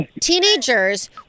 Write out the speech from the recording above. teenagers